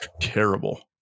terrible